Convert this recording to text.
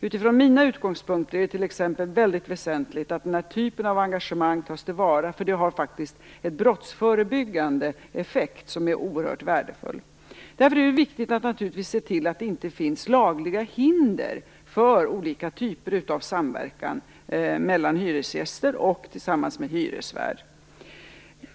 Utifrån mina utgångspunkter är det t.ex. väldigt väsentligt att engagemang av den här typen tas till vara eftersom de faktiskt har en brottsförebyggande effekt som är oerhört värdefull. Det är därför viktigt att se till att det inte finns lagliga hinder för olika typer av samverkan mellan hyresgäster och hyresvärd.